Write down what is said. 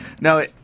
No